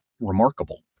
remarkable